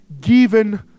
given